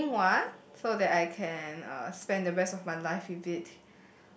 owning one so that I can uh spend the rest of my life with it